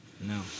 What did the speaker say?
No